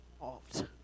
involved